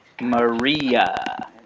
Maria